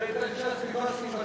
ואת אנשי הסביבה שים בצד,